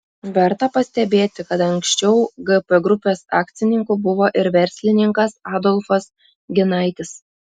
verta pastebėti kad anksčiau gp grupės akcininku buvo ir verslininkas adolfas ginaitis